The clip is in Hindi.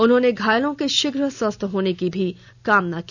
उन्होंने घायलों के शीघ्र स्वस्थ होने की भी कामना की